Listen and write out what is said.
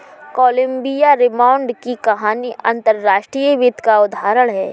Colombia rebound की कहानी अंतर्राष्ट्रीय वित्त का उदाहरण है